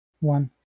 One